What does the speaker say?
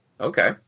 Okay